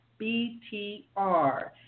BTR